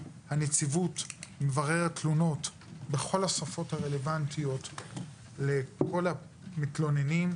הנציבות מבררת תלונות בכל השפות הרלוונטיות לכל המתלוננים,